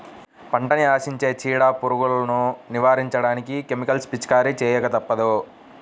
పంటని ఆశించే చీడ, పీడలను నివారించడానికి కెమికల్స్ పిచికారీ చేయక తప్పదు